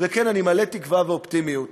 ואני כן מלא תקווה ואופטימיות,